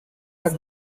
are